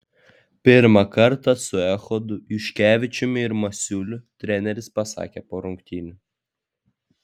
pirmą kartą su echodu juškevičiumi ir masiuliu treneris pasakė po rungtynių